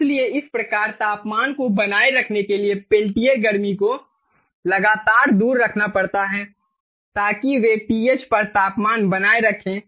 इसलिए इस प्रकार तापमान को बनाए रखने के लिए पेल्टियर गर्मी को लगातार दूर रखना पड़ता है ताकि वें TH पर तापमान बनाए रखे